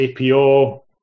APO